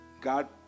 God